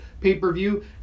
pay-per-view